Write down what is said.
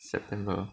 september